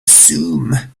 zoom